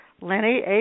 Lenny